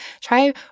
try